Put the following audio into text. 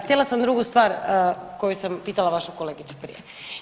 Htjela sam drugu stvar koju sam pitala vašu kolegicu prije.